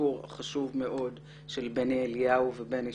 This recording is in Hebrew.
בסיפור החשוב מאוד של בני אליהו ובני,